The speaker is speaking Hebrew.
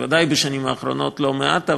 בוודאי בשנים האחרונות, לא מעט.